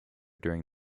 during